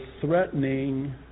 threatening